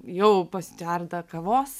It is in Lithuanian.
jau pastvertą kavos